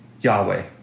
Yahweh